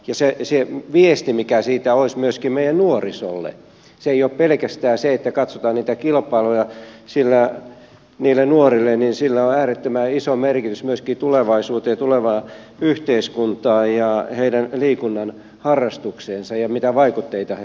se viesti mikä siitä olisi myöskin meidän nuorisolle ei ole pelkästään se että katsotaan niitä kilpailuja vaan niille nuorille sillä on äärettömän iso merkitys myöskin tulevaisuuden ja tulevan yhteiskunnan ja heidän liikunnan harrastuksensa kannalta mitä vaikutteita he saavat